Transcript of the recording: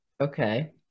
okay